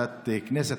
בוועדת הכנסת.